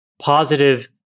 positive